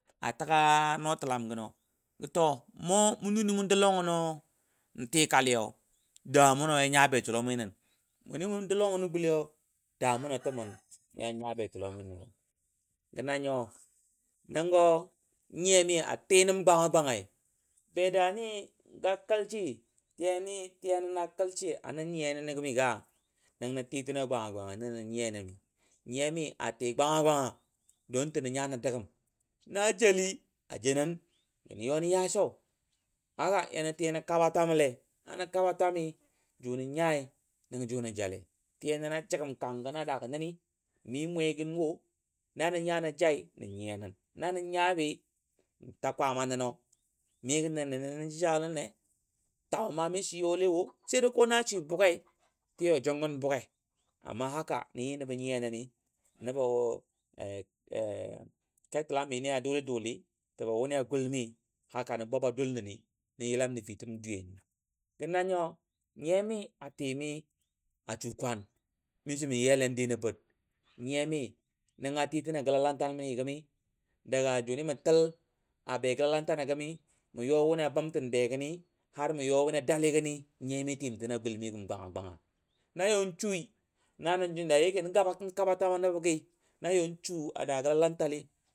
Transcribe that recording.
A təga nɔɔtəlam gənɔ gə to mʊni mɔ də lɔngɔ tikali yau doua amʊnɔ yan nya betə lɔmɔi nən. Mʊ nʊ mu dou lɔngɔ nən gʊlli də muno təmun gə na nyo nəngɔ nyiyami a tii nəm gwanga gwangai be dani be dani tiyami a kəlcɨ ə nə nyiya nəm gəmi ya nən nə ti təno gwanga gwanga nəbə nəne nəni nyiya mi a ti gwanga gwanga don cina nya nə dəgəm na jelli ajenən nə yoso yanə. ti nə kabale jʊnə nyai jʊ nə jalai tiya nən a jəgəm kangəna dagə nəni gə mi mmwegən wo na nə nyai nən nyiya nən, na nə nyabi nə ta kwaama bənɔ, mi gə nə nənen jijalən ne twamɔ ma mishi yɔlewo, sai dai la swi bugei ti ya jungən buge, amma haka nə nyi nəbɔ nəne nəni nəbo kətəlam mi ni a dʊli duli jəbo wuni a gʊlmi haka nə fəga dul nəno nə yilam nəfitəm dwiyeni. Gə nanyo nyiyami a ti mia su kwan mishi nə iya le n di nəpəd nənga tino a gəla lantal mi gəmi daga juni mə təl a be gəla lantal mi gəmi, mə yɔ wuni a bəmtəni har mə yɔ dali gəni nyiya mi tim a gulmi gəm. nan yɔn shu a da gəla lantali.